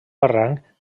barranc